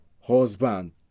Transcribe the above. husband